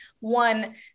One